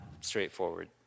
straightforward